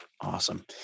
Awesome